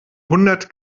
hundert